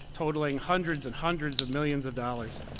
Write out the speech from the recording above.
totaling hundreds and hundreds of millions of dollars.